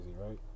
right